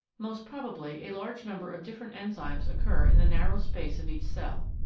most probably a large number of different enzymes occur in the narrow space of each cell.